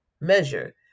measure